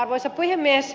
arvoisa puhemies